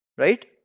Right